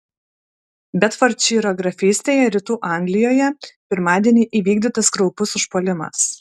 bedfordšyro grafystėje rytų anglijoje pirmadienį įvykdytas kraupus užpuolimas